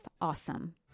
awesome